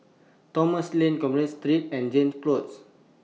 Thomson Lane Commerce Street and Jansen Close